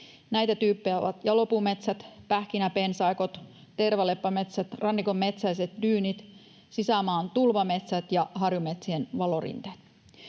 Näitä tyyppejä ovat jalopuumetsät, pähkinäpensaikot, tervaleppämetsät, rannikon metsäiset dyynit, sisämaan tulvametsät ja harjumetsien valorinteet.